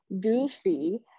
goofy